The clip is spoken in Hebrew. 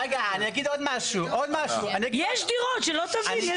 יש דירות, שלא תבין.